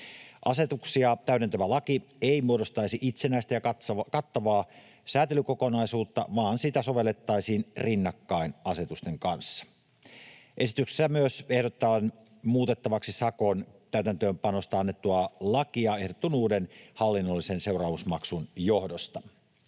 Asetuksia täydentävä laki ei muodostaisi itsenäistä ja kattavaa säätelykokonaisuutta, vaan sitä sovellettaisiin rinnakkain asetusten kanssa. Esityksessä myös ehdotetaan muutettavaksi sakon täytäntöönpanosta annettua lakia ehdotetun uuden hallinnollisen seuraamusmaksun johdosta.